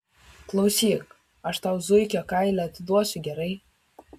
klausyk aš tau zuikio kailį atiduosiu gerai